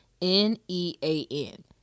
n-e-a-n